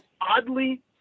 oddly